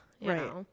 right